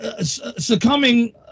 succumbing